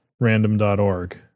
random.org